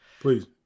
Please